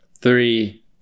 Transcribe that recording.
Three